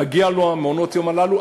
מגיעים לו מעונות-היום הללו,